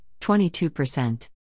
22%